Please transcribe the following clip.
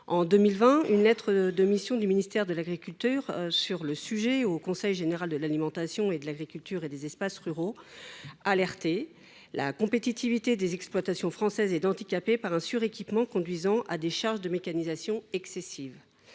en 2020 par le ministère de l’agriculture au Conseil général de l’alimentation, de l’agriculture et des espaces ruraux :« La compétitivité des exploitations françaises est handicapée par un suréquipement conduisant à des charges de mécanisation excessives.